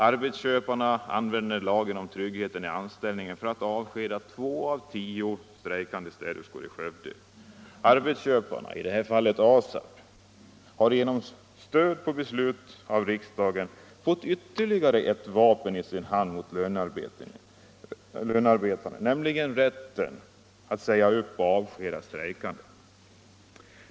Arbetsköparna använder lagen om ”trygghet i anställningen” för att avskeda två av tio strejkande städerskor i Skövde. Arbetsköparna — i det här fallet ASAB —- har genom beslut i riksdagen fått ytterligare ett vapen i sin hand mot lönearbetarna, nämligen rätten att säga upp eller avskeda strejkande.